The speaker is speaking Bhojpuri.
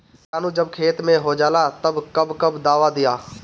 किटानु जब खेत मे होजाला तब कब कब दावा दिया?